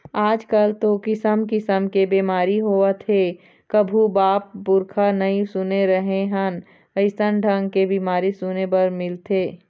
आजकल तो किसम किसम के बेमारी होवत हे कभू बाप पुरूखा नई सुने रहें हन अइसन ढंग के बीमारी सुने बर मिलथे